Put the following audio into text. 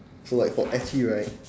so like for ecchi right